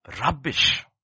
rubbish